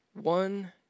One